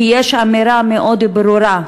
כי יש אמירה מאוד ברורה,